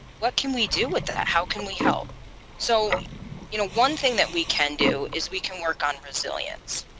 what can we do with that? how can we help so you know one thing that we can do is we can work on resilience.